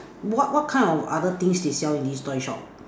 what what kind of other things they sell in this toy shop